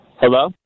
Hello